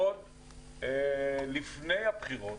עוד לפני הבחירות